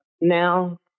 now